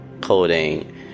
coding